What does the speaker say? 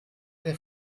der